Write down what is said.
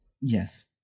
Yes